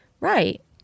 Right